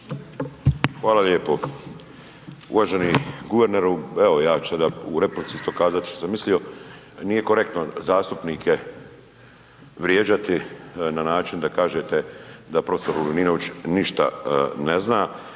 Hvala lijepo. Uvaženi guverneru. Evo ja ću sada u replici isto kazat što sam mislio, nije korektno zastupnike vrijeđati na način da kažete da prof. Lovrinović ništa ne zna.